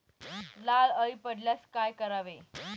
लाल अळी पडल्यास काय करावे?